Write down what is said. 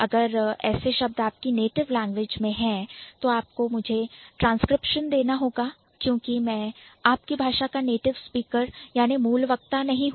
अगर ऐसे शब्द आपकी Native Language प्रथम भाषा में है तो आपको मुझे ट्रांसक्रिप्शन देना होगा क्योंकि मैं आपकी भाषा का Native speaker नेटीव स्पीकर मूल वक्तानहीं हो सकता हूं